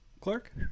Clark